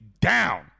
down